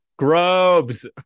Grobes